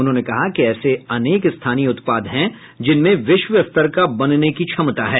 उन्होंने कहा कि ऐसे अनेक स्थानीय उत्पाद हैं जिनमें विश्व स्तर का बनने की क्षमता है